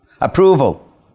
approval